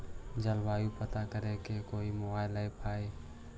जलवायु पता करे के कोइ मोबाईल ऐप है का?